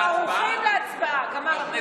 אנחנו ערוכים להצבעה, גמרנו.